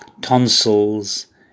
tonsils